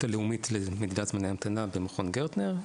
הלאומית למדידת זמני המתנה במכון גרטנר,